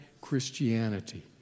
Christianity